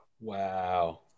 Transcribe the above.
Wow